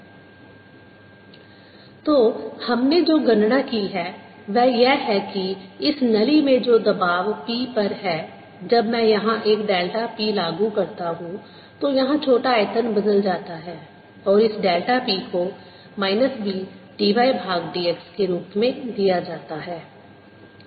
Change in volumeAyxx AyxA∂y∂xx p∂P∂VVV∂P∂VVV B∂y∂x तो हमने जो गणना की है वह यह है कि इस नली में जो दबाव p पर है जब मैं यहाँ एक डेल्टा p लागू करता हूँ तो यहाँ छोटा आयतन बदल जाता है और इस डेल्टा p को माइनस B dy भाग dx के रूप में दिया जाता है